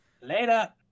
Later